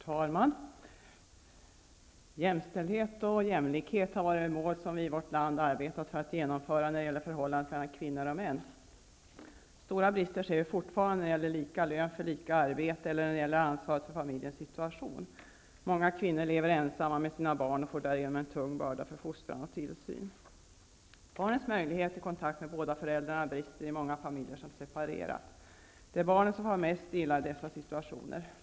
Herr talman! Jämställdhet och jämlikhet har varit mål som vi i vårt land har arbetat för att genomföra när det gäller förhållandet mellan kvinnor och män. Vi ser fortfarande stora brister när det gäller lika lön för lika arbete eller när det gäller ansvaret för familjens situation. Många kvinnor lever ensamma med sina barn och får därigenom en tung börda för fostran och tillsyn. Barnens möjlighet till kontakt med båda föräldrarna brister i många familjer som har separerat. Det är barnen som far mest illa i dessa situationer.